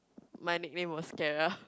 my nickname was Kara